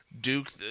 Duke